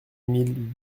mille